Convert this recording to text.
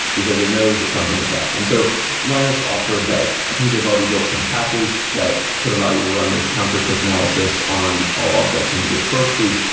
because it knows that something is up and so linus offered that. i think they've already build some patches that could allow you to run this counter-crypt analysis on all objects in the git source tree,